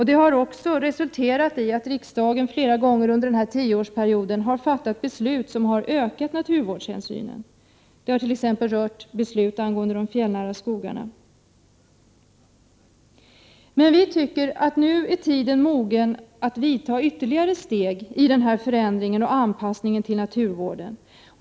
Det har resulterat i att riksdagen flera gånger under denna tioårsperiod har fattat beslut som har ökat naturvårdshänsynen. Det har bl.a. fattats beslut om de fjällnära skogarna. Men vi anser att tiden nu är mogen att ta ytterligare steg när det gäller den här förändringen och anpassningen till naturvården.